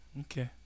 Okay